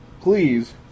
please